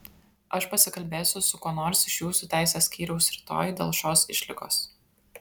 aš pasikalbėsiu su kuo nors iš jūsų teisės skyriaus rytoj dėl šios išlygos